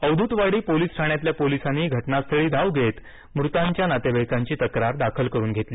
Avdhutwadi police ठाण्यातल्या पोलीसांनी घटनास्थळी धाव घेत मृतांच्या नातेवाईकांची तक्रार दाखल करुन घेतली